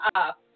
up